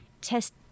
test